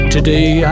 Today